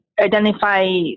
identify